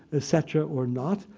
ah cetera, or not.